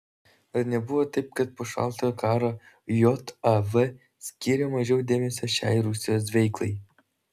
ar nebuvo taip kad po šaltojo karo jav skyrė mažiau dėmesio šiai rusijos veiklai